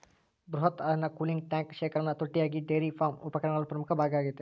ಬೃಹತ್ ಹಾಲಿನ cooling tank ಶೇಖರಣಾ ತೊಟ್ಟಿಯಾಗಿ ಡೈರಿ ಫಾರ್ಮ್ ಉಪಕರಣಗಳ ಪ್ರಮುಖ ಭಾಗ ಆಗೈತೆ